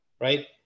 Right